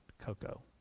cocoa